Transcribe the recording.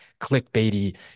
clickbaity